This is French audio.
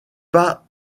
pas